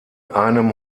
einem